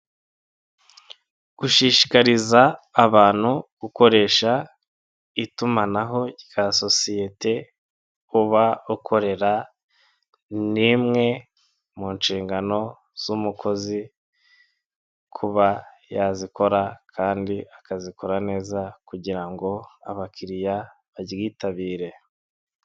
Gushishikariza abantu gukoresha itumanaho rya sosiyete uba ukorera, ni imwe mu nshingano z'umukozi kuba yazikora kandi akazikora neza kugira ngo abakiriya baryitabire.